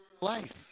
life